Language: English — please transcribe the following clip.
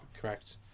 Correct